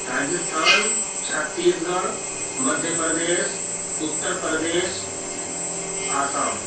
Rajasthan Chhattisgarh Madhya Pradesh Uttar Pradesh Assam